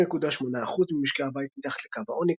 כש-8.8% ממשקי הבית מתחת לקו העוני,